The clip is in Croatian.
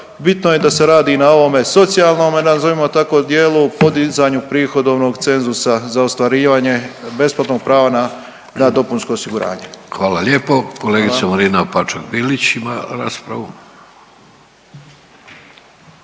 bitno je da se radi i na ovome socijalnome nazovimo tako dijelu podizanju prihodovnog cenzusa za ostvarivanje besplatnog prava na, na dopunsko osiguranje. **Vidović, Davorko (Socijaldemokrati)** Hvala lijepo. Kolegica Marina Opačak Bilić ima raspravu.